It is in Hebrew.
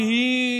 כי היא,